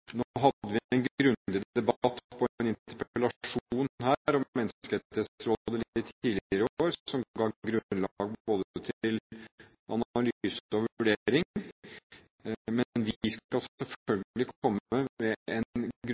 Nå hadde vi en grundig debatt på en interpellasjon om Menneskerettighetsrådet her litt tidligere i år, som ga grunnlag for både analyse og vurdering. Men vi skal selvfølgelig komme med en